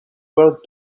world